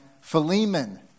Philemon